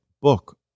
book